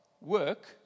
work